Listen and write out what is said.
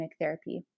therapy